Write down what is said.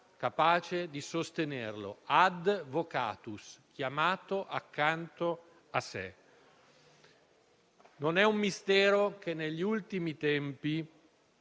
capace di sostenerlo: *advocatus,* chiamato accanto a sé. Non è un mistero che negli ultimi tempi